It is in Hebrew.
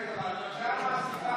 כן, אבל אתה יודע מה הסיבה?